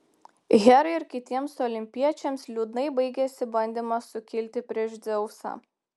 herai ir kitiems olimpiečiams liūdnai baigėsi bandymas sukilti prieš dzeusą